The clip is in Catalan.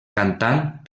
cantant